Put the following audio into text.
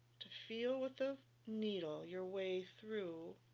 to feel with the needle your way through